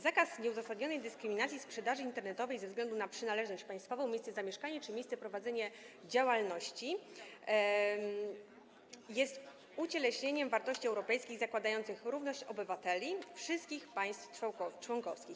Zakaz nieuzasadnionej dyskryminacji w sprzedaży internetowej ze względu na przynależność państwową, miejsce zamieszkania czy miejsce prowadzenia działalności jest ucieleśnieniem wartości europejskich zakładających równość obywateli wszystkich państw członkowskich.